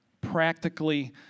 practically